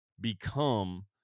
become